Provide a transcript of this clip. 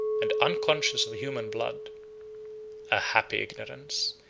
and unconscious of human blood a happy ignorance,